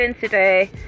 today